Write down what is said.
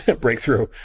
breakthrough